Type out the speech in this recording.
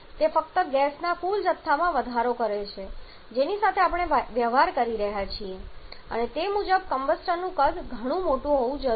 તે ફક્ત ગેસના કુલ જથ્થામાં વધારો કરે છે જેની સાથે આપણે વ્યવહાર કરી રહ્યા છીએ અને તે મુજબ કમ્બસ્ટરનું કદ ઘણું મોટું હોવું જરૂરી છે